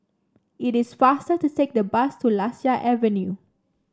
it is faster to take the bus to Lasia Avenue